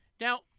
now